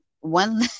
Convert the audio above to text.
one